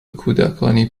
کودکانی